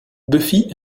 buffy